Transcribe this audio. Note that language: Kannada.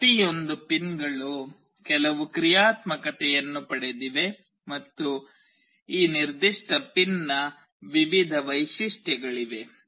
ಪ್ರತಿಯೊಂದು ಪಿನ್ಗಳು ಕೆಲವು ಕ್ರಿಯಾತ್ಮಕತೆಯನ್ನು ಪಡೆದಿವೆ ಮತ್ತು ಈ ನಿರ್ದಿಷ್ಟ ಪಿನ್ನ ವಿವಿಧ ವೈಶಿಷ್ಟ್ಯಗಳಿವೆ